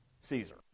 Caesar